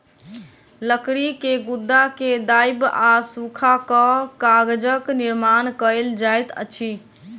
लकड़ी के गुदा के दाइब आ सूखा कअ कागजक निर्माण कएल जाइत अछि